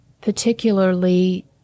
particularly